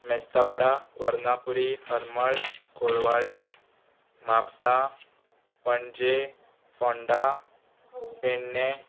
Mestawada Varnapuri Harmal Colvale Mapusa Panaji Ponda Pernem